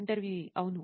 ఇంటర్వ్యూఈ అవును